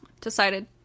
decided